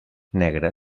negra